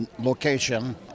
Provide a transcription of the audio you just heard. location